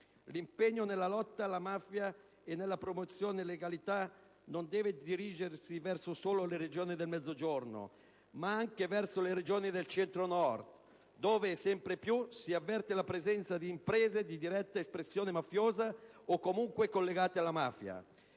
L'impegno nella lotta alla mafia e nella promozione della legalità non deve dirigersi solo verso le Regioni del Mezzogiorno, ma anche verso quelle del Centro-Nord, dove sempre più si avverte la presenza di imprese di diretta espressione mafiosa o comunque collegate alla mafia.